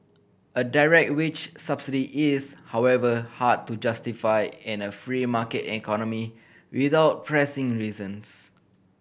a direct wage subsidy is however hard to justify in a free market economy without pressing reasons